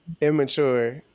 immature